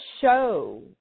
show